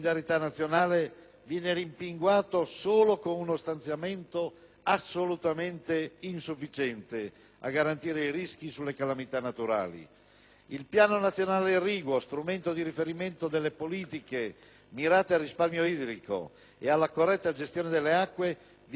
viene rimpinguato solo con uno stanziamento assolutamente insufficiente a garantire i rischi sulle calamità naturali. Il piano nazionale irriguo, strumento di riferimento delle politiche mirate al risparmio idrico e alla corretta gestione delle acque, viene abbandonato